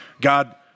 God